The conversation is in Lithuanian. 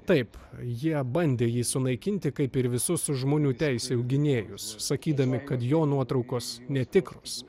taip jie bandė jį sunaikinti kaip ir visus žmonių teisių gynėjus sakydami kad jo nuotraukos netikros